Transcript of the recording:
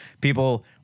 people